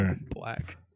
Black